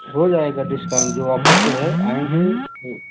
हो जाएगा डिस्काउंट जो ऑफर पर है आएँगे और